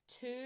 Two